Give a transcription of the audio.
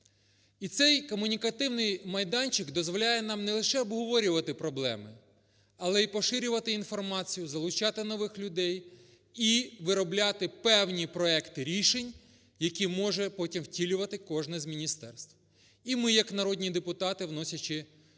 І цей комунікативний майданчик дозволяє нам не лише обговорювати проблеми, але і поширювати інформацію, залучати нових людей і виробляти певні проекти рішень, які може потім втілювати кожне з міністерств. І ми як народні депутати, вносячи зміни